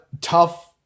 tough